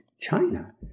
China